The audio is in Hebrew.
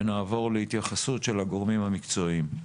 ואז נעבור להתייחסות של הגורמים המקצועיים.